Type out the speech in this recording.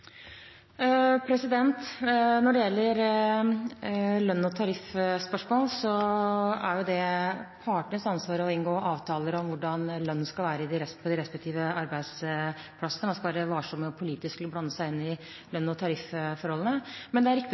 Når det gjelder lønns- og tariffspørsmål, er det partenes ansvar å inngå avtaler om hvordan lønnen skal være på de respektive arbeidsplassene. Man skal være varsom politisk med å blande seg inn i lønns- og tarifforholdene. Men det er riktig